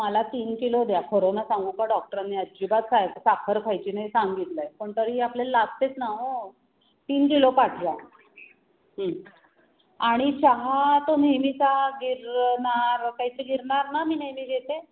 मला तीन किलो द्या खरं ना सांगू का डॉक्टरांनी अजिबात खाय साखर खायची नाही सांगितलं आहे पण तरी आपल्याला लागतेच ना हो तीन किलो पाठवा आणि चहा तो नेहमीचा गिरनार काहीते गिरनार ना मी नेहमी घेते